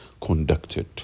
conducted